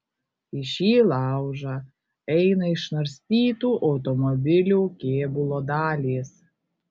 į šį laužą eina išnarstytų automobilių kėbulo dalys